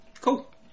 Cool